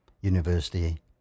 university